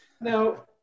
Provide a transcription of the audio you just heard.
Now